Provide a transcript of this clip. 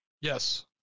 Yes